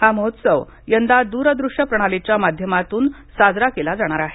हा महोत्सव यंदा दूरदृश्य प्रणालीच्या माध्यमातून साजरा केला जाणार आहे